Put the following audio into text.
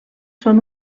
són